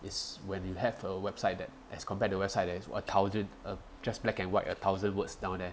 is when you have a website that as compared to website there what thousand uh just black and white a thousand words down there